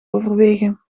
overwegen